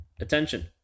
attention